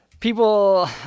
People